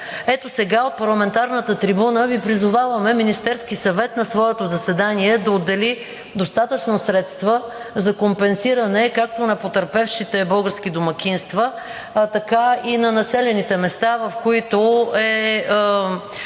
Ето сега от парламентарната трибуна Ви призоваваме Министерският съвет на своето заседание да отдели достатъчно средства за компенсиране както на потърпевшите български домакинства, така и на населените места, в които е